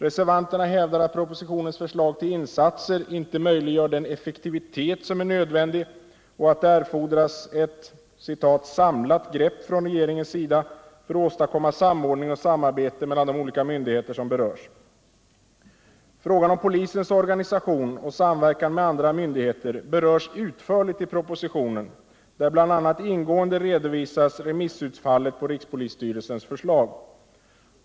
Reservanterna hävdar att propositionens förslag till insatser inte möjliggör den effektivitet som är nödvändig och att det erfordras ett ”samlat grepp” från regeringens sida för att åstadkomma samordningar och samarbete mellan de olika myndigheter som berörs. Frågan om polisens organisation och samverkan med andra myndigheter berörs utförligt i propositionen, där bl.a. ingående redovisas remissutfallet på rikspolisstyrelsens förslag.